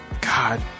God